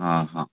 हा हा